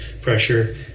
pressure